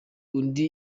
undi